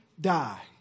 die